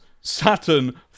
Saturn